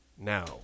now